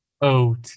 Oat